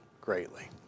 greatly